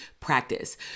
practice